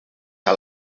que